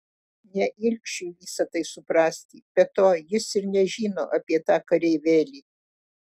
ne ilgšiui visa tai suprasti be to jis ir nežino apie tą kareivėlį